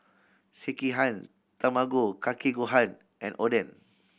Sekihan Tamago Kake Gohan and Oden